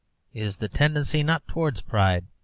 is the tendency, not towards pride,